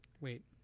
Wait